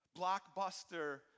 Blockbuster